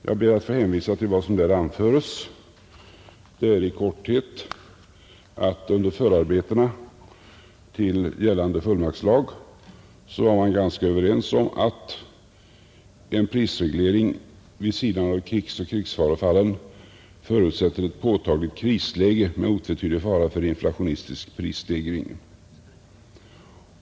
Jag ber att få hänvisa till vad som där anförs. Det är i korthet följande: Under förarbetena till gällande fullmaktslag var man överens om att prisreglering vid sidan av krigsoch krigsfarefallen förutsätter ett påtagligt krisläge med otvetydig fara för en inflationistisk prisstegring.